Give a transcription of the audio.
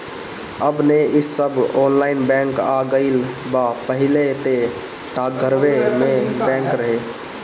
अब नअ इ सब ऑनलाइन बैंक आ गईल बा पहिले तअ डाकघरवे में बैंक रहे